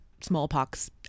smallpox